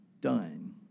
done